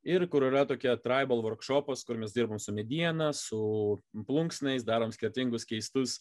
ir kur yra tokia traibor vorkšopas kur mes dirbam su mediena su plunksnais darom skirtingus keistus